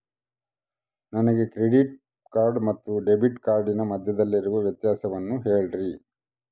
ನನಗೆ credit card ಮತ್ತು debit ಕಾರ್ಡಿನ ಮಧ್ಯದಲ್ಲಿರುವ ವ್ಯತ್ಯಾಸವನ್ನು ಹೇಳ್ರಿ?